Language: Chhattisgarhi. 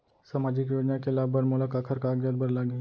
सामाजिक योजना के लाभ बर मोला काखर कागजात बर लागही?